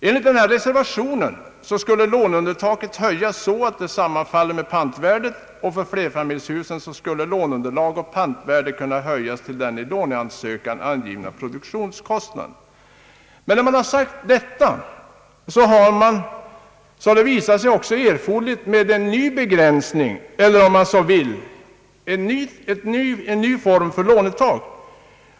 Enligt den här reservationen skulle låneunderlaget höjas så att det sammanfaller med pantvärdet. För flerfamiljshusen skulle låneunderlag och pantvärde kunna höjas till den i låneansökan angivna produktionskostnaden. Det har emellertid då visat sig erforderligt med en ny begränsning eller, om man så vill, en ny form av lånetak.